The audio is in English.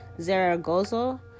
zaragoza